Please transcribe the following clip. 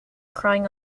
crying